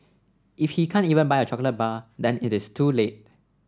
if he can't even buy a chocolate bar then it is too little